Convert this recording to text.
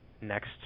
next